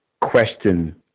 question